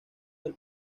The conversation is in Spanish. del